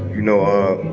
you know,